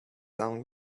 son